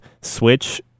Switch